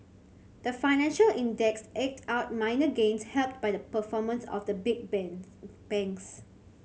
the financial index eked out minor gains helped by the performance of the big bans banks